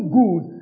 good